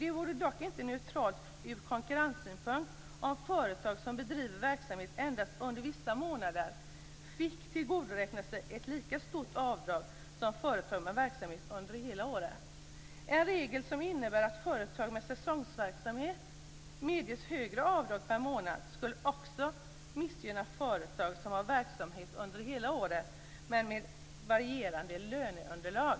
Det vore dock inte neutralt från konkurrenssynpunkt om företag som bedriver verksamhet endast under vissa månader fick tillgodoräkna sig ett lika stort avdrag som företag med verksamhet under hela året.